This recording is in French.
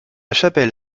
chapelle